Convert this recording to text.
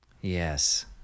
Yes